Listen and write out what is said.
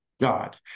God